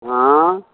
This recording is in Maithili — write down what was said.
हँ